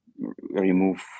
remove